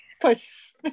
Push